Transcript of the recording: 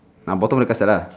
ah bottom of the castle lah